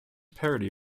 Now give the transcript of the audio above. parody